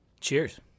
Cheers